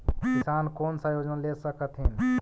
किसान कोन सा योजना ले स कथीन?